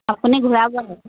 আপুনি ঘূৰাব আৰু